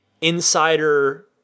insider